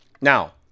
Now